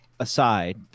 Aside